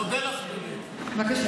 לא, אתה תכף